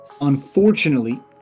Unfortunately